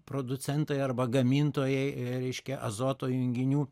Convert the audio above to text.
producentai arba gamintojai reiškia azoto junginių